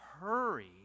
hurry